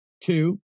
Two